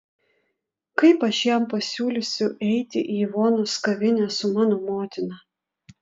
kaip aš jam pasiūlysiu eiti į ivonos kavinę su mano motina